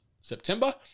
September